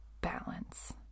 balance